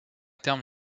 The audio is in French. terme